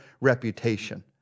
reputation